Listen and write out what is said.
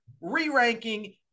re-ranking